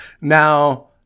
Now